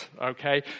okay